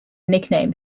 nickname